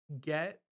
Get